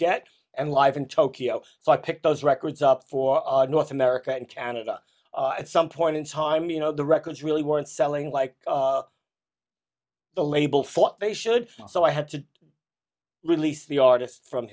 get and live in tokyo so i picked those records up for north america and canada at some point in time you know the records really weren't selling like the label for they should so i had to release the artist from